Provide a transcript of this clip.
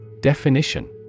Definition